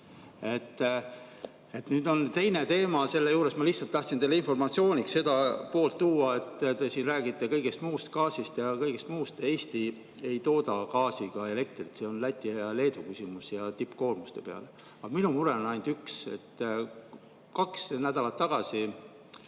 Nüüd, teine teema on selle juures, ma lihtsalt tahtsin teile informatsiooniks ka seda poolt tuua, et te siin räägite gaasist ja kõigest muust. Eesti ei tooda gaasiga elektrit, see on Läti ja Leedu küsimus tipukoormuste ajal. Aga minu mure on ainult üks. Kaks nädalat tagasi